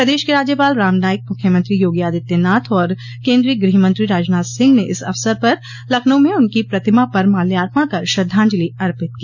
प्रदेश के राज्यपाल राम नाईक मुख्यमंत्री योगी आदित्यनाथ और केन्द्रीय गृहमंत्री राजनाथ सिंह ने इस अवसर पर लखनऊ में उनकी प्रतिमा पर माल्यार्पण कर श्रद्वाजंलि अर्पित की